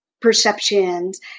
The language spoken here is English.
perceptions